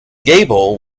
gable